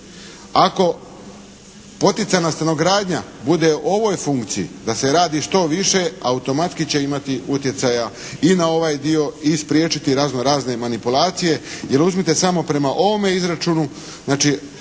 Ako poticajna stanogradnja bude u ovoj funkciji da se radi što više automatski će imati utjecaja i na ovaj dio i spriječiti razno razne manipulacije. Jer uzmite samo prema ovome izračunu, znači